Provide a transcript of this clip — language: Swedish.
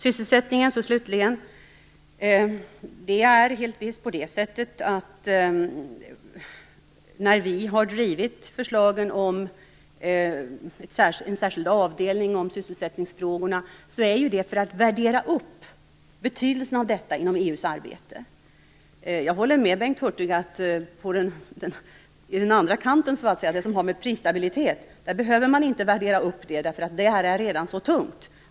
Sysselsättningen slutligen: Att vi har drivit förslagen om en särskild avdelning om sysselsättningsfrågorna är för att värdera upp betydelsen av dessa i EU:s arbete. Jag håller med Bengt Hurtig om att på den andra kanten så att säga, som har med prisstabilitet att göra, behöver man inte värdera upp därför att den är redan så tung.